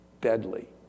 deadly